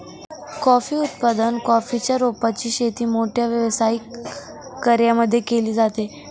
coffee उत्पादन, coffee च्या रोपांची शेती मोठ्या व्यावसायिक कर्यांमध्ये केली जाते